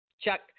Chuck